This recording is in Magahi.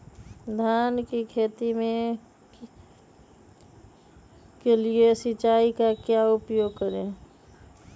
धान की खेती के लिए सिंचाई का क्या उपयोग करें?